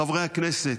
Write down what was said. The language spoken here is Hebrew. חברי הכנסת,